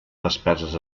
despeses